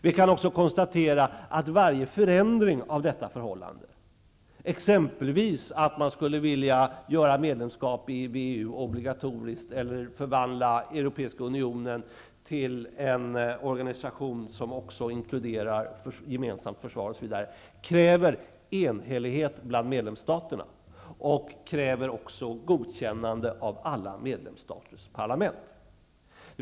Vi kan också konstatera att varje förändring av detta förhållande, exempelvis att man skulle vilja göra medlemskap i WEU obligatoriskt eller förvandla den europeiska unionen till en organisation som också inkluderar ett gemensamt försvar, kräver enhällighet bland medlemsstaterna och också ett godkännande av alla medlemsstaters parlament.